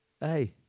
Hey